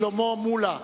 שלמה מולה,